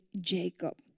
Jacob